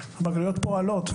הבגרויות פועלות.